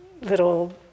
little